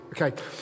Okay